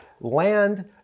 land